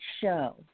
show